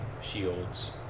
shields